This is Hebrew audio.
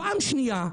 פעם שנייה,